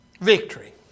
Victory